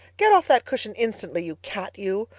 get off that cushion instantly, you cat, you!